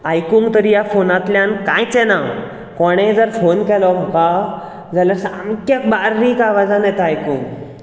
आयकूंक तरी ह्या फोनांतल्यान कांयच येना कोणेय जर फोन केलो म्हाका जाल्यार सामके बारीक आवाजान येता आयकूंक